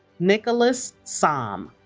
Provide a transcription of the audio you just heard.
nicholas sahm